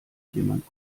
jemand